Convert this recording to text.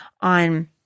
on